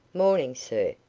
morning, sir.